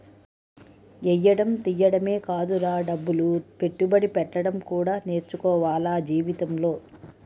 ఎయ్యడం తియ్యడమే కాదురా డబ్బులు పెట్టుబడి పెట్టడం కూడా నేర్చుకోవాల జీవితంలో